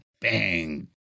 bang